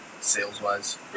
sales-wise